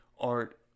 art